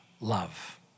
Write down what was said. love